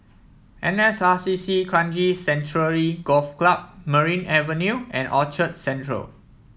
N S R C C Kranji Sanctuary Golf Club Merryn Avenue and Orchard Central